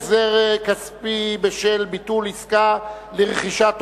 החזר כספי בשל ביטול עסקה לרכישת טובין)